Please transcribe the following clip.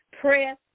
Press